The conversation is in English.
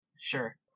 Sure